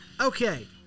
Okay